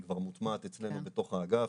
היא כבר מוטמעת אצלנו בתוך האגף.